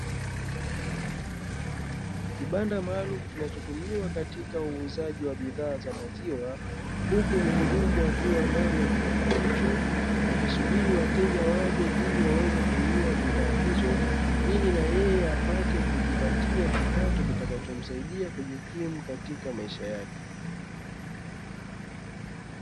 Kibanda maalum kinachotumiwa katika uuzaji wa bidhaa za maziwa, huku mhudumu akiwa ndani ya kibanda hicho akisubiri wateja waje ili waweze kununua bidhaa hizo, ili na yeye apate kujipatia kipato kitakachomsaidia kujikimu katika maisha yake.